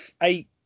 eight